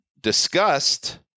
discussed